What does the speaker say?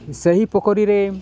ସେହି ପୋଖରୀରେ